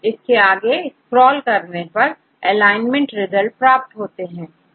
इसे आगे स्क्रॉल करने पर एलाइनमेंट रिजल्ट प्राप्त होते हैं